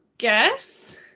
guess